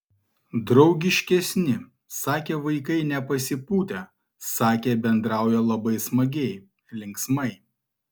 draugiškesni sakė vaikai nepasipūtę sakė bendrauja labai smagiai linksmai